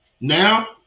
now